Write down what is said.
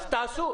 אז תעשו.